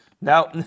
Now